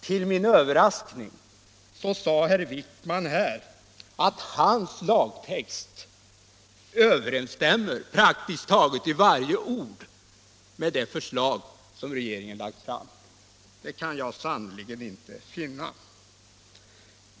Till min överraskning sade herr Wijkman här att hans lagtext överensstämmer praktiskt taget i varje ord med det förslag som regeringen lagt fram. Det kan jag sannerligen inte finna.